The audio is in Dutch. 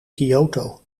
kyoto